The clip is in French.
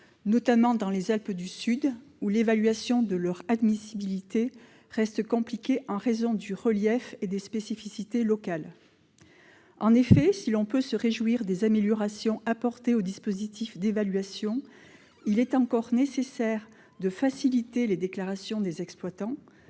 notamment dans les Alpes du Sud, où l'évaluation de leur admissibilité est rendue compliquée par le relief et les spécificités locales. En effet, si l'on peut se réjouir des améliorations apportées au dispositif d'évaluation, il est encore nécessaire de faciliter les déclarations des exploitants